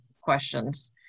questions